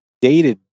dated